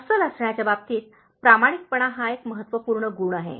अस्सल असण्याच्या बाबतीत प्रामाणिकपणा हा एक महत्त्वपूर्ण गुण आहे